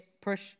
push